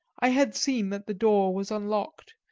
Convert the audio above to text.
i had seen that the door was unlocked,